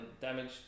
damage